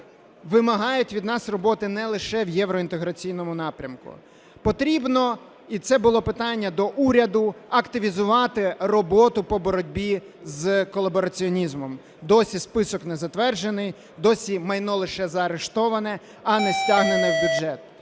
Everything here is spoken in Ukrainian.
вимагають від нас роботи не лише в євроінтеграційному напрямку. Потрібно – і це було питання до уряду, - активізувати роботу по боротьбі з колабораціонізмом. Досі список не затверджений, досі майно лише заарештоване, а не стягнене в бюджет.